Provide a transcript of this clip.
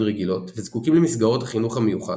רגילות וזקוקים למסגרות החינוך המיוחד,